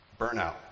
Burnout